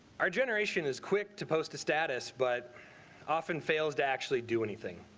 our generation is quick to post a status but often fails to actually do anything.